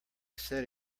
said